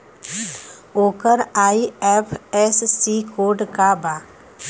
ओकर IFSC code का बा?